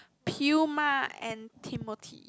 Pumbaa and Timon